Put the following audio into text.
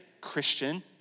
Christian